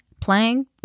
playing